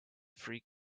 three